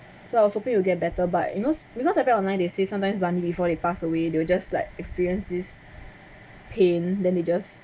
so I was hoping will get better but you know because I read online they say sometimes bunny before they pass away they will just like experience this pain then they just